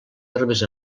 herbes